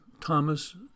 Thomas